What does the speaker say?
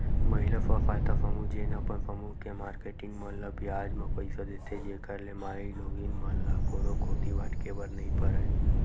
महिला स्व सहायता समूह जेन अपन समूह के मारकेटिंग मन ल बियाज म पइसा देथे, जेखर ले माईलोगिन मन ल कोनो कोती भटके बर नइ परय